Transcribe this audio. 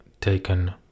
taken